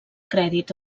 crèdit